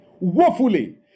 woefully